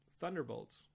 thunderbolts